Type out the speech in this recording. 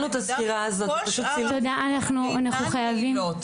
אנחנו חייבים לסיים.